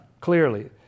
clearly